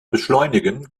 beschleunigen